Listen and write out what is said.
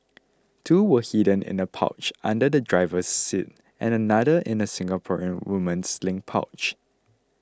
two were hidden in a pouch under the driver's seat and another in a Singaporean woman's sling pouch